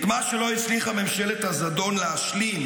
את מה שלא הצליחה ממשלת הזדון להשלים